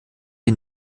den